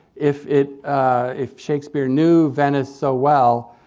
if it if shakespeare knew venice so well,